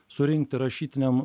surinkti rašytiniam